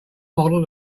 model